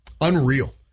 Unreal